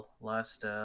last